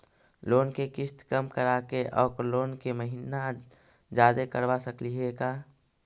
Loan के किस्त कम कराके औ लोन के महिना जादे करबा सकली हे का?